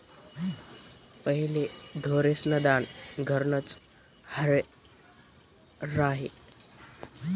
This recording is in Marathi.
पहिले ढोरेस्न दान घरनंच र्हाये